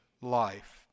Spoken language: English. life